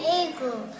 eagle